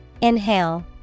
Inhale